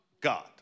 God